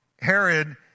Herod